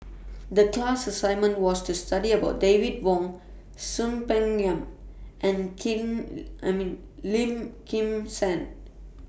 The class assignment was to study about David Wong Soon Peng Yam and Kim and Lim Kim San